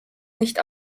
nicht